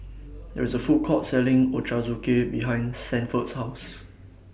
There IS A Food Court Selling Ochazuke behind Sanford's House